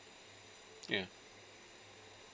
ya